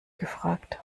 gefragt